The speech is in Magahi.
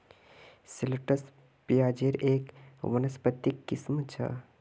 शैलोट्स प्याज़ेर एक वानस्पतिक किस्म छ